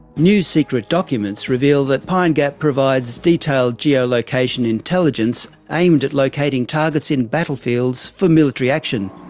new secret documents reveal that pine gap provides detailed geolocation intelligence aimed at locating targets in battlefields for military action.